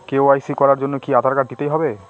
KYC করার জন্য কি আধার কার্ড দিতেই হবে?